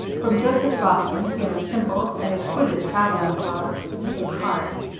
from joseph bloeckman came a simple and exquisite travelling clock, with his card.